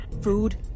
Food